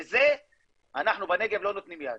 לזה אנחנו בנגב לא נותנים יד.